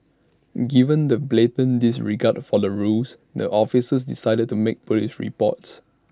given the blatant disregard for the rules the officer decided to make Police reports